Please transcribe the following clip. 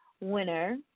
winner